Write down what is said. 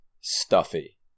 stuffy